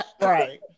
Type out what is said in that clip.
Right